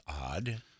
odd